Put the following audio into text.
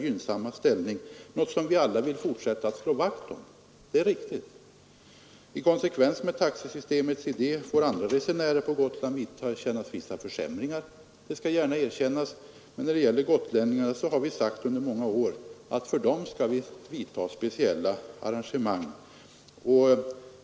Det är riktigt, och det är något som vi alla vill fortsätta att slå vakt om. I konsekvens med taxesystemets idé får andra resenärer på Gotland vidkännas vissa försämringar — det skall gärna erkännas. När det gäller gotlänningarna har vi under många år sagt, att vi skall vidta speciella arrangemang.